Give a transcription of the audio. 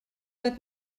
dod